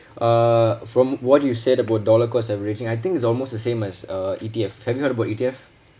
uh from what you said about dollar cost averaging I think it's almost the same as uh E_T_F have you heard about E_T_F